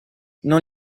non